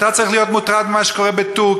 אתה צריך להיות מוטרד ממה שקורה בטורקיה,